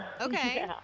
Okay